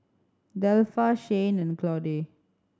Delpha Shayne and Claude